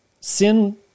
sin